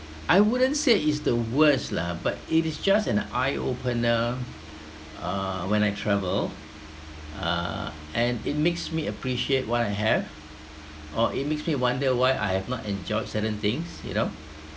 I wouldn't say it's the worst lah but it is just an eye opener uh when I travel uh and it makes me appreciate what I have or it makes me wonder why I have not enjoyed certain things you know